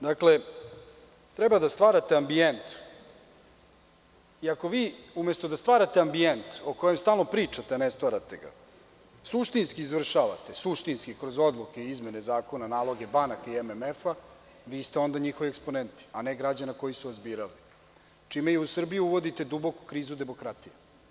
Dakle, treba da stvarate ambijent i ako vi umesto da stvarate ambijent o kome stalno pričate, a ne stvarate ga, suštinski izvršavate, suštinski kroz odluke i izmene zakona naloge banaka i MMF, vi ste onda njihovi eksponenti a ne građani koji su vas birali, čime u Srbiju uvodite duboku krizu demokratije.